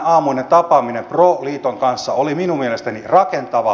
tämänaamuinen tapaaminen pro liiton kanssa oli minun mielestäni rakentava